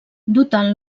dotant